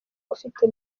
ufite